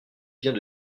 vient